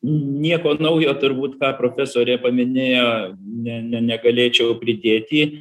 nieko naujo turbūt ką profesorė paminėjo ne ne negalėčiau pridėti